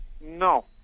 No